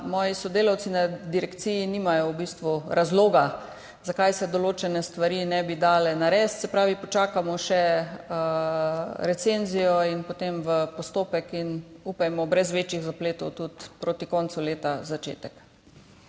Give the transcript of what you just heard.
moji sodelavci na direkciji v bistvu nimajo razloga, zakaj se določene stvari ne bi dale narediti. Se pravi, počakajmo še recenzijo in potem gremo v postopek in upajmo, da bo brez večjih zapletov tudi proti koncu leta začetek.